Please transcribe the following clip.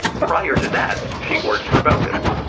prior to that, she'd worked for baucus.